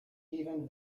even